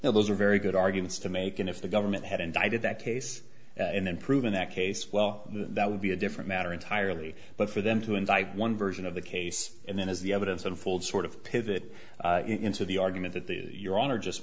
no those are very good arguments to make and if the government had indicted that case and then proven that case well that would be a different matter entirely but for them to indict one version of the case and then as the evidence unfolds sort of pivot into the argument that the your honor just